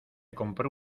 compró